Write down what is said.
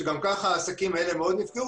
שגם ככה העסקים האלה מאוד נפגעו,